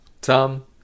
Tom